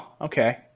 okay